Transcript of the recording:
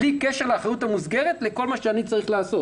בלי קשר לאחריות המסגרת לכל מה שהיא צריכה לעשות